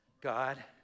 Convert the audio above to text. God